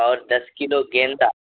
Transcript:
اور دس کلو گیندا